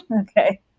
Okay